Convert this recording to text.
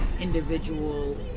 individual